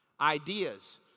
ideas